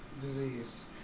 disease